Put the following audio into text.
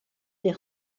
des